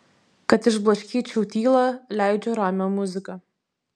kad išblaškyčiau tylą leidžiu ramią muziką